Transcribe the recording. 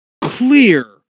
clear